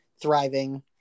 thriving